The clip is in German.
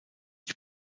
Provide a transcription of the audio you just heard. die